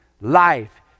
life